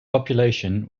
population